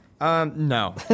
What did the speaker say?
No